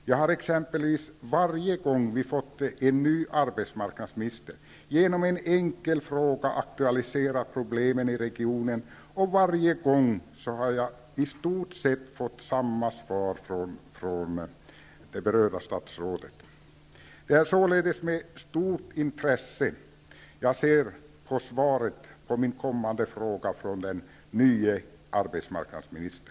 Jag har exempelvis varje gång vi fått en ny arbetsmarknadsminister genom en enkel fråga aktualiserat problemen i regionen, och varje gång har jag i stort sett fått samma svar från det berörda statsrådet. Det är således med stort intresse jag ser på svaret på min kommande fråga från den nye arbetsmarknadsministern.